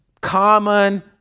common